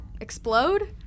Explode